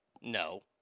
No